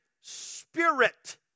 spirit